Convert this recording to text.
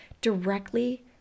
directly